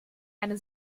eine